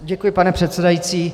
Děkuji, pane předsedající.